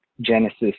genesis